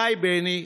די, בני.